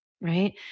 right